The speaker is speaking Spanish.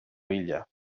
villa